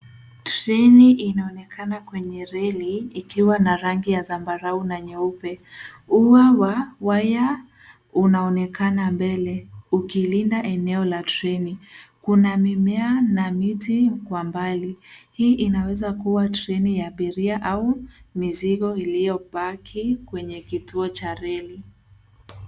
Treni inaonekana kwenye reli ikiwa na rangi ya zambarau na nyeupe. Uwa wa waya unaonekana mbele ukilinda eneo la treni. Kuna mimea na miti kwa mbali. Hii inaweza kuwa treni ya abiria au mizigo iliopaki kwenye kituo cha reli.